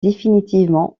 définitivement